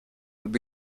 would